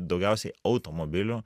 daugiausiai automobilių